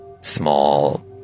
small